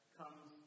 comes